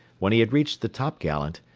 when he had reached the topgallant,